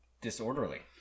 disorderly